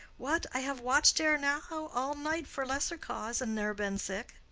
what, i have watch'd ere now all night for lesser cause, and ne'er been sick.